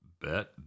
Bet